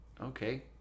okay